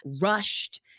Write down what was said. rushed